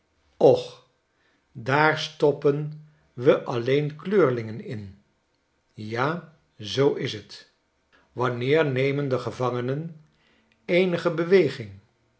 och daar stoppn we alleen kleurlingen in ja zoo is t wanneer nemen de gevangenen eenige beweging